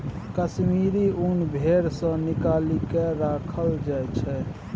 कश्मीरी ऊन भेड़ सँ निकालि केँ राखल जाइ छै